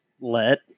let